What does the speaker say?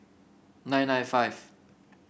nine nine five